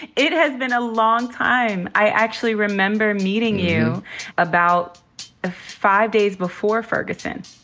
it has been a long time. i actually remember meeting you about five days before ferguson.